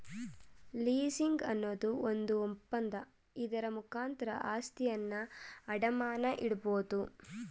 leasing ಅನ್ನೋದು ಒಂದು ಒಪ್ಪಂದ, ಇದರ ಮುಖಾಂತರ ಆಸ್ತಿಯನ್ನು ಅಡಮಾನ ಇಡಬೋದು